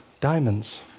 diamonds